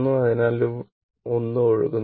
അവിടെ ഒന്നും ഒഴുകുന്നില്ല